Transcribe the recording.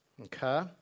okay